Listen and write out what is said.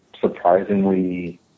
surprisingly